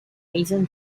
asian